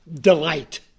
delight